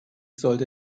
sollte